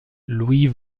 louis